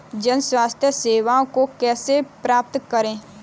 जन स्वास्थ्य सेवाओं को कैसे प्राप्त करें?